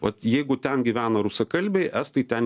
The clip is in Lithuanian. vat jeigu ten gyvena rusakalbiai estai ten